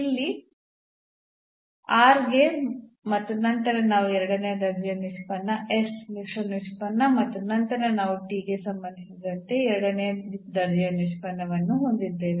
ಇಲ್ಲಿ r ಗೆ ಮತ್ತು ನಂತರ ನಾವು ಎರಡನೇ ದರ್ಜೆಯ ನಿಷ್ಪನ್ನ s ಮಿಶ್ರ ನಿಷ್ಪನ್ನ ಮತ್ತು ನಂತರ ನಾವು ಗೆ ಸಂಬಂಧಿಸಿದಂತೆ ಎರಡನೇ ದರ್ಜೆಯ ನಿಷ್ಪನ್ನವನ್ನು ಹೊಂದಿದ್ದೇವೆ